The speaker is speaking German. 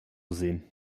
sehen